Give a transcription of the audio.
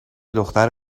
دختر